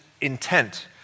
intent